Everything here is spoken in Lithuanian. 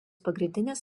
pagrindinės